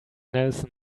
nelson